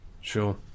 sure